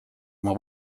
oma